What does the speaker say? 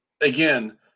again